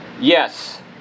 Yes